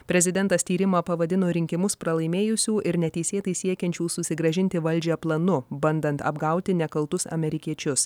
prezidentas tyrimą pavadino rinkimus pralaimėjusių ir neteisėtai siekiančių susigrąžinti valdžią planu bandant apgauti nekaltus amerikiečius